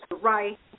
right